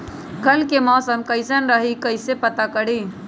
कल के मौसम कैसन रही कई से पता करी?